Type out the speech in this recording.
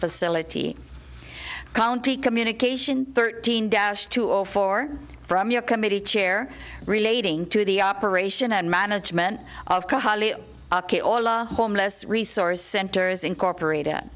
facility county communication thirteen dash two or four from your committee chair relating to the operation and management of homeless resource centers incorporated